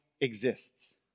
exists